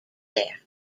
there